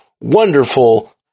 wonderful